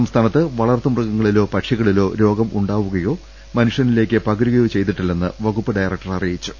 സംസ്ഥാനത്ത് വളർത്തുമൃഗങ്ങളിലോ പക്ഷികളിലോ രോഗം ഉണ്ടാവുകയോ മനുഷ്യനിലേക്ക് പക രുകയോ ചെയ്തിട്ടില്ലെന്ന് വകുപ്പ് ഡയറക്ടർ അറിയിച്ചു